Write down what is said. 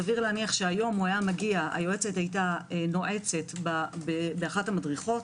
סביר להניח שהיום היה מגיע - היועצת היתה נועצת באחת המדריכות,